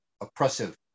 oppressive